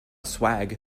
swag